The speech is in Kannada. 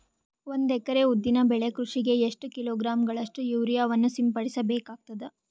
ಒಂದು ಎಕರೆ ಉದ್ದಿನ ಬೆಳೆ ಕೃಷಿಗೆ ಎಷ್ಟು ಕಿಲೋಗ್ರಾಂ ಗಳಷ್ಟು ಯೂರಿಯಾವನ್ನು ಸಿಂಪಡಸ ಬೇಕಾಗತದಾ?